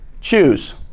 Choose